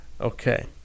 Okay